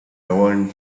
governed